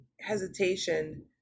hesitation